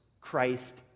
Christ